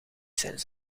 zijn